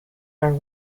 are